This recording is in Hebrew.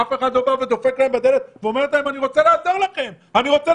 אף אחד לא דופק על הדלת שלהם ואומר להם: אני רוצה לעזור לכם - כלום.